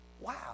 Wow